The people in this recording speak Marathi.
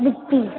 दिप्ती